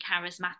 charismatic